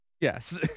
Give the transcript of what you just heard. Yes